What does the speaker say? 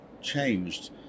changed